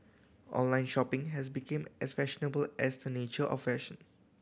online shopping has become as fashionable as the nature of fashion